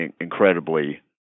incredibly